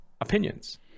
Opinions